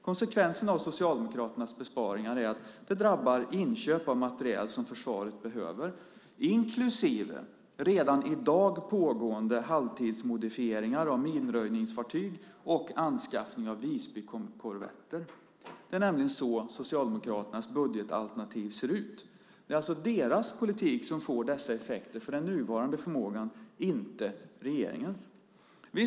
Konsekvenserna av Socialdemokraternas besparingar är att det drabbar inköp av materiel som försvaret behöver inklusive redan i dag pågående halvtidsmodifieringar av minröjningsfartyg och anskaffning av Visbykorvetter. Det är så Socialdemokraternas budgetalternativ ser ut. Det är alltså deras politik som får dessa effekter för den nuvarande förmågan, inte regeringens.